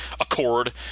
accord